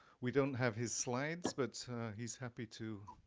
we don't have his slides, but he's happy to,